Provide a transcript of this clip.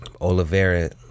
Oliveira